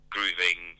Grooving